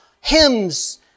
hymns